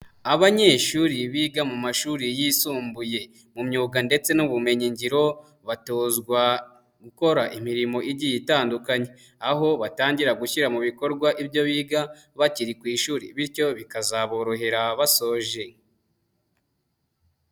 Abanyeshuri biga mu mashuri yisumbuye, mu myuga ndetse n'ubumenyin ngiro, batozwa gukora imirimo igiye itandukanye, aho batangira gushyira mu bikorwa ibyo biga bakiri ku ishuri, bityo bikazaborohera basoje.